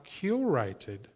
curated